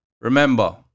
remember